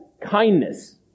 kindness